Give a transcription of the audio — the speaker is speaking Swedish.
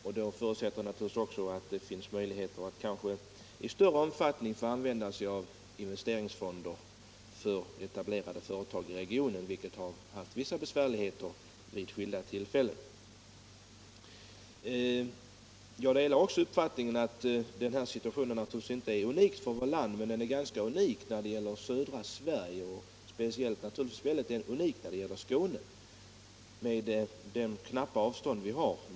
Naturligtvis förutsätter jag att det finns möjligheter att i större omfattning använda investeringsfonder för etablerade företag i regionen, vilka har haft vissa besvärligheter vid skilda tillfällen. Jag delar givetvis uppfattningen att den här situationen inte är unik för vårt land. Däremot är den nog unik när det gäller södra Sverige, speciellt Skåne med de knappa avstånd vi har där.